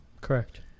Correct